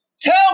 tell